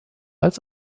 als